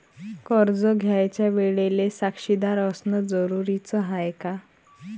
कर्ज घ्यायच्या वेळेले साक्षीदार असनं जरुरीच हाय का?